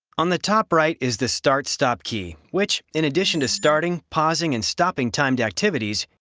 on the top right is the start stop key, which, in addition to starting, pausing and stopping timed activities,